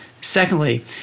Secondly